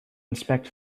inspect